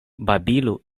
babilu